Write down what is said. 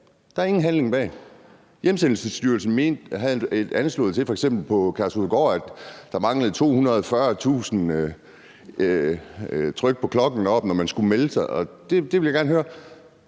der er ingen handling bag. Hjemrejsestyrelsen havde anslået, f.eks. på Kærshovedgård, at der manglede 240.000 tryk på klokken, når man skulle melde sig, og jeg vil gerne høre: